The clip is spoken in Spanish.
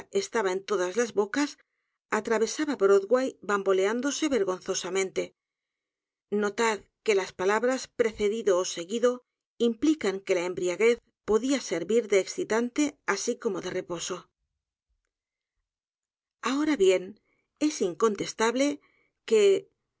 en todas las bocas atravesaba á broadway bamboleándose vergonzosamente notad que las palabras precedido ó seguido implican que la embriaguez podía servir de excitante así como de reposo ahora bien es incontestable que